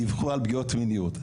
דיווחו על פגיעות מיניות.